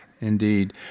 Indeed